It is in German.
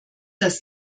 das